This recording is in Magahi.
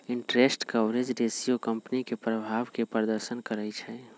इंटरेस्ट कवरेज रेशियो कंपनी के प्रभाव के प्रदर्शन करइ छै